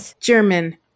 German